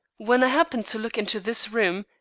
when i happened to look into this room,